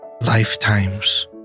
lifetimes